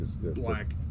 Black